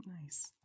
Nice